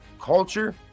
culture